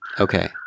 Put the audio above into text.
Okay